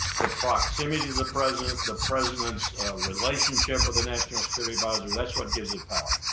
the proximity to the president, the president's relationship with the national security adviser, that's what gives it power.